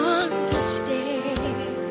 understand